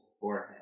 forehead